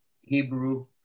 Hebrew